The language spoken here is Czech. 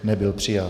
Nebyl přijat.